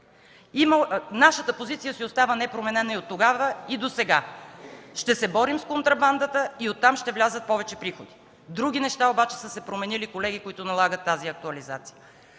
Нашата позиция си остава непроменена оттогава и досега – ще се борим с контрабандата и оттам ще влязат повече приходи. Други неща обаче са се променили, колеги, които налагат тази актуализация.